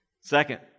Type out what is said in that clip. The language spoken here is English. Second